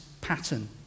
pattern